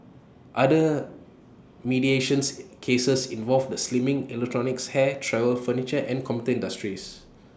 other mediation's cases involved the slimming electronics hair travel furniture and computer industries